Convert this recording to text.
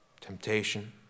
temptation